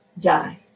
die